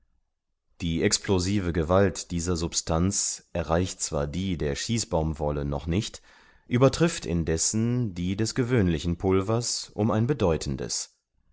die explosive gewalt dieser substanz erreicht zwar die der schießbaumwolle noch nicht übertrifft indessen die des gewöhnlichen pulvers um ein bedeutendes